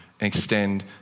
extend